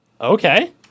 Okay